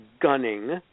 gunning